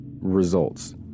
Results